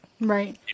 Right